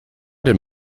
den